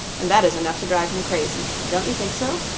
and that is enough to drive him crazy. don't you think so?